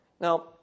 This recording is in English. Now